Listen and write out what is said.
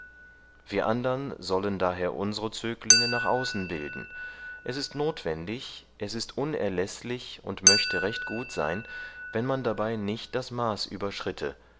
wir andern sollen daher unsre zöglinge nach außen bilden es ist notwendig es ist unerläßlich und möchte recht gut sein wenn man dabei nicht das maß überschritte